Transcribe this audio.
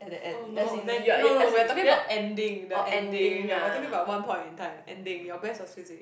oh no then no no we are talking about ending the ending ya we're talking about one point in time ending your best was physics